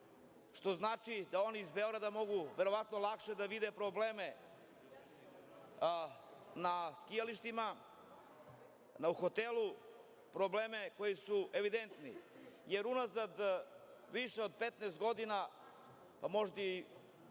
što znači da oni iz Beograda mogu verovatno lakše da vide probleme na skijalištima, u hotelu, probleme koji su evidentni. Jer unazad više od 15 godina, pa možda i više